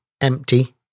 Empty